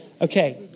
Okay